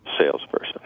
salesperson